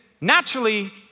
naturally